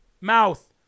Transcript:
mouth